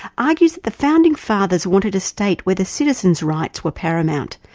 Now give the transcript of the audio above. argues that the founding fathers wanted a state where the citizens' rights were paramount,